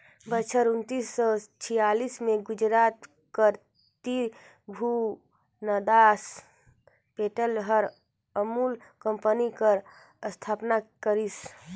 बछर उन्नीस सव छियालीस में गुजरात कर तिरभुवनदास पटेल हर अमूल कंपनी कर अस्थापना करिस